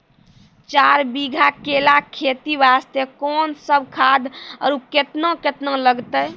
चार बीघा केला खेती वास्ते कोंन सब खाद आरु केतना केतना लगतै?